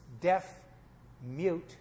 deaf-mute